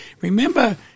remember